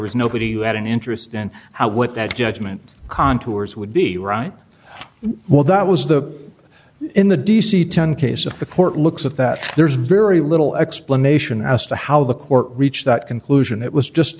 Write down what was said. was nobody who had an interest in how with that judgement contours would be right well that was the in the d c ten case if the court looks at that there's very little explanation as to how the court reached that conclusion it was just